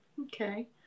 Okay